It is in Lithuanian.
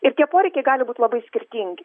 ir tie poreikiai gali būt labai skirtingi